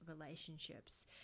relationships